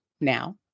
now